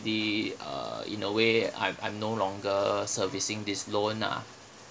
uh in a way I'm I'm no longer servicing this loan ah